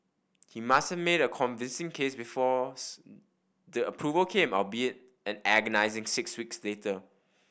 he must have made a convincing case before the approval came albeit an agonising six weeks later